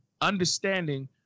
understanding